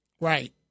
right